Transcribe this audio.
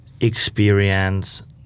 experience